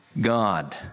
god